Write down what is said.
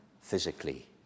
physically